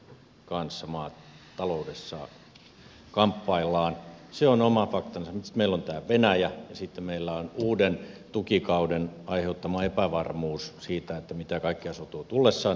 se on oma faktansa sitten meillä on tämä venäjä ja sitten meillä on uuden tukikauden aiheuttama epävarmuus siitä mitä kaikkea se tuo tullessaan